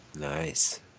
Nice